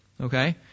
Okay